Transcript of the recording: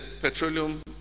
petroleum